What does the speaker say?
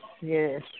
yes